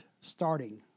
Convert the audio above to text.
starting